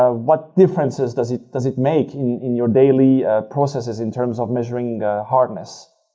ah what differences does it does it make in in your daily processes in terms of measuring hardness?